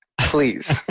Please